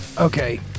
Okay